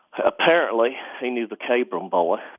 ah apparently he knew the kabrahm boy. ah